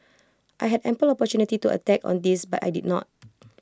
I had ample opportunity to attack on this but I did not